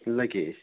leakage